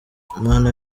mana